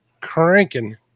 cranking